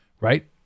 right